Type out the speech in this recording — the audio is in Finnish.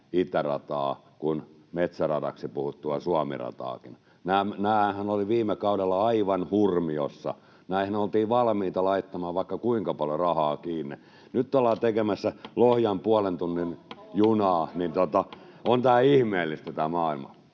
itärataa kuin metsäradaksi puhuttua Suomi-rataakin. Näistähän oltiin viime kaudella aivan hurmiossa, näihin oltiin valmiita laittamaan vaikka kuinka paljon rahaa kiinni. Nyt ollaan tekemässä Lohjan puolen tunnin junaa. On tämä ihmeellistä, tämä maailma.